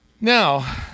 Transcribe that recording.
Now